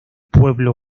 pueblo